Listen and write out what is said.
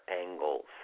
angles